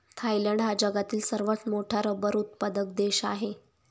Thailand हा जगातील सर्वात मोठा रबर उत्पादक देश आहे